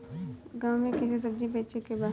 गांव से कैसे सब्जी बेचे के बा?